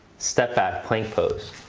step back plank pose.